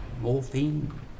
Morphine